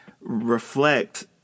reflect